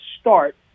start